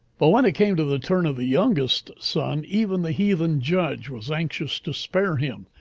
but when it came to the turn of the youngest son even the heathen judge was anxious to spare him,